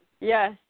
Yes